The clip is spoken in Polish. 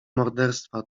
morderstwa